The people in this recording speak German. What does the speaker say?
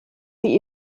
die